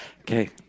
Okay